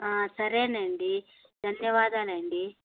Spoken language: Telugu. సరే అండి ధన్యవాదాలు అండి